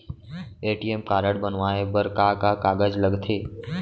ATM card बनवाये बर का का कागज लगथे?